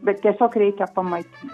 bet tiesiog reikia pamatyti